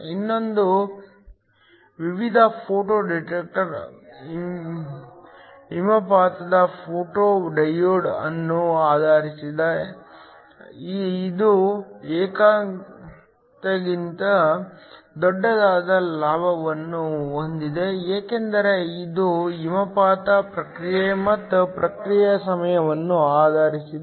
ಇನ್ನೊಂದು ವಿಧದ photo detector ಹಿಮಪಾತದ ಫೋಟೋ ಡಯೋಡ್ ಅನ್ನು ಆಧರಿಸಿದೆ ಇದು ಏಕತೆಗಿಂತ ದೊಡ್ಡದಾದ ಲಾಭವನ್ನು ಹೊಂದಿದೆ ಏಕೆಂದರೆ ಇದು ಹಿಮಪಾತ ಪ್ರಕ್ರಿಯೆ ಮತ್ತು ಪ್ರತಿಕ್ರಿಯೆಯ ಸಮಯವನ್ನು ಆಧರಿಸಿದೆ